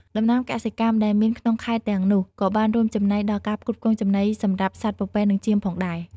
ដំណាំកសិកម្មដែលមានក្នុងខេត្តទាំងនោះ ក៏បានរួមចំណែកដល់ការផ្គត់ផ្គង់ចំណីសម្រាប់សត្វពពែនិងចៀមផងដែរ។